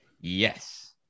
yes